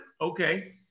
Okay